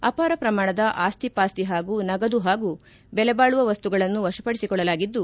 ಅಪಾರ ಪ್ರಮಾಣದ ಆಸ್ತಿ ಪಾಸ್ತಿ ಹಾಗೂ ನಗದು ಹಾಗೂ ದೆಲೆ ಬಾಳುವ ವಸ್ತುಗಳನ್ನು ವಶಪಡಿಸಿಕೊಳ್ಳಲಾಗಿದ್ದು